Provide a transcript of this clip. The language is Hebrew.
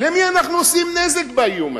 למי אנחנו עושים נזק באיום הזה,